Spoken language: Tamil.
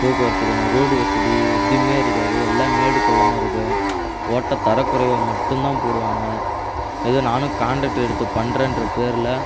போக்குவரத்துக்கான ரோடு வசதி எதுவுமே இருக்காது எல்லாம் மேடு பள்ளமாக இருக்கும் போட்டால் தரக்குறைவாக மட்டும் தான் போடுவாங்க ஏதோ நானும் காண்ட்ரேக்ட் எடுத்து பண்ணுறேன்ற பேரில்